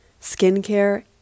skincare